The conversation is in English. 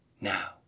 now